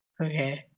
okay